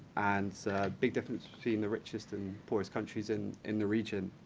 and a big difference between the richest and poorest countries in in the region.